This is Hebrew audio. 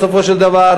בסופו של דבר,